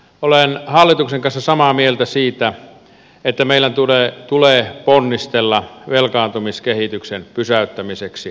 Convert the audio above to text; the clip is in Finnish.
olen hallituksen kanssa samaa mieltä siitä että meidän tulee ponnistella velkaantumiskehityksen pysäyttämiseksi